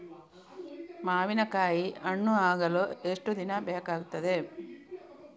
ಮಾವಿನಕಾಯಿ ಹಣ್ಣು ಆಗಲು ಎಷ್ಟು ದಿನ ಬೇಕಗ್ತಾದೆ?